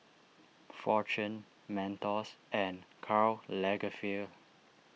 fortune Mentos and Karl Lagerfeld